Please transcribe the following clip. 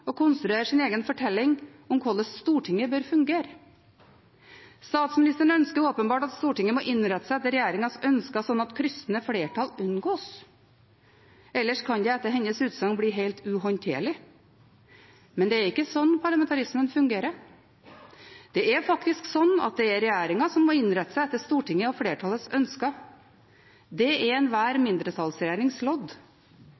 å konstruere sin egen fortelling om hvordan Stortinget bør fungere. Statsministeren ønsker åpenbart at Stortinget må innrette seg etter regjeringens ønsker slik at kryssende flertall unngås – ellers kan det etter hennes utsagn bli helt uhåndterlig. Men det er ikke slik parlamentarismen fungerer. Det er faktisk slik at det er regjeringen som må innrette seg etter Stortinget og flertallets ønsker. Det er enhver